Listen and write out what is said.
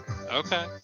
okay